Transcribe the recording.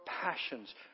passions